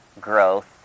growth